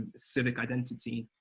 civic identity,